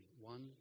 One